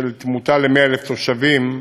של תמותה ל-100,000 תושבים,